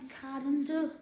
calendar